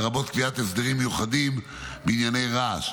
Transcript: לרבות קביעת הסדרים מיוחדים בענייני רעש,